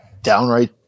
Downright